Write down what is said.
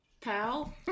pal